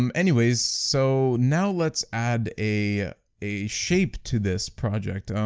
um anyways, so now let's add a a shape to this project.